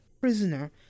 prisoner